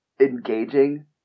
engaging